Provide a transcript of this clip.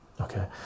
Okay